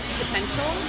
potential